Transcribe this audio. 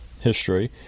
history